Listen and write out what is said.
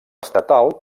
estatal